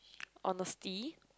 honesty